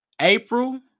April